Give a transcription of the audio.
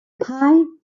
pie